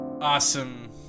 Awesome